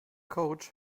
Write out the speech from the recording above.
coach